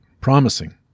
promising